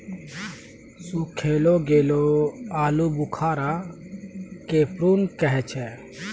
सुखैलो गेलो आलूबुखारा के प्रून कहै छै